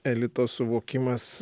elito suvokimas